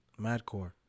Madcore